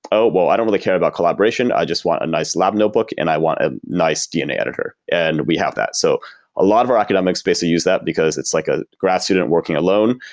oh, well. i don't really care about collaboration. i just want a nice lab notebook, and i want a nice dna editor. and we have that. so a lot of our academics basically use that, because it's like a grad student working alone,